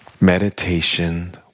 Meditation